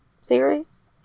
series